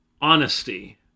honesty